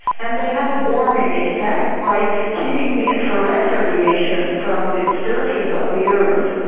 and they have a warming effect by keeping the infrared radiation from the surface of the earth,